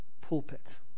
pulpit